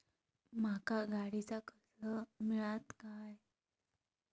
माका गाडीचा कर्ज मिळात काय?